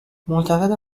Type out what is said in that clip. معتقده